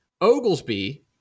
Oglesby